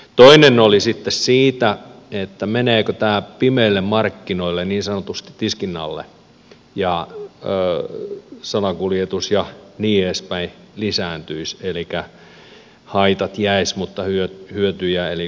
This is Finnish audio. toinen oli sitten siitä meneekö tämä pimeille markkinoille niin sanotusti tiskin alle ja salakuljetus ja niin edespäin lisääntyisi elikkä haitat jäisivät mutta hyötyjä eli verotuloja ei olisi